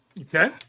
okay